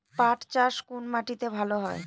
পাট চাষ কোন মাটিতে ভালো হয়?